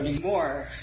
more